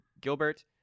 gilbert